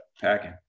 packing